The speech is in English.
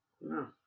No